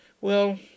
Well